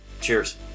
Cheers